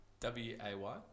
W-A-Y